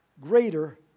greater